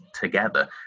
together